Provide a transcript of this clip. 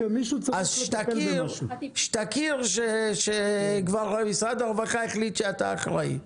אז כשתכיר שכבר משרד הרווחה החליט שאתה אחראי.